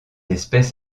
espèce